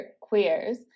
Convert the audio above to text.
queers